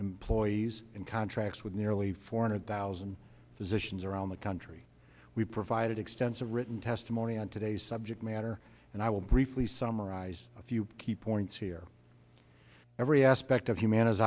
employees in contracts with nearly four hundred thousand physicians around the country we provided extensive written testimony on today's subject matter and i will briefly summarize a few key points here every aspect of humanity